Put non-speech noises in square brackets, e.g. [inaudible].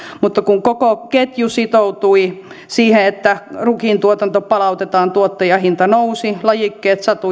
mutta kun koko ketju sitoutui siihen että rukiintuotanto palautetaan tuottajahinta nousi lajikkeet sato [unintelligible]